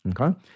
Okay